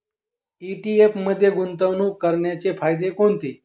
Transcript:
ETF मध्ये गुंतवणूक करण्याचे फायदे कोणते?